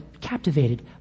captivated